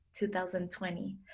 2020